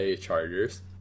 Chargers